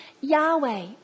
Yahweh